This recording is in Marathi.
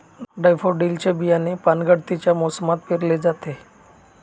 डैफोडिल्स चे बियाणे पानगळतीच्या मोसमात पेरले जाते